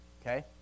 Okay